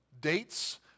dates